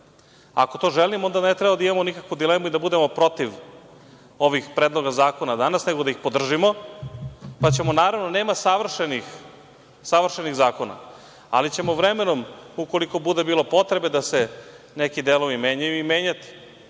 Ako to želimo onda ne treba da imamo nikakvu dilemu i da budemo protiv ovih predloga zakona danas, nego da ih podržimo, pa ćemo, naravno, nema savršenih zakona, ali ćemo vremenom, ukoliko bude bilo potrebe da se neki delovi menjaju, i menjati,